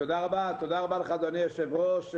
תודה רבה לך אדוני היושב ראש.